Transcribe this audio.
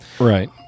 Right